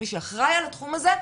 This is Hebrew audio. ממי שאחראי על התחום הזה,